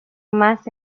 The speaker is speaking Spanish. más